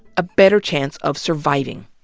a better chance of surviving.